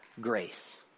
grace